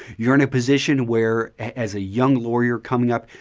you're in a position where as a young lawyer coming up,